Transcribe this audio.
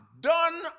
done